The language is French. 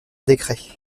décret